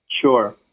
Sure